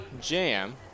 jam